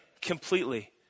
completely